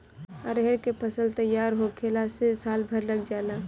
अरहर के फसल तईयार होखला में साल भर लाग जाला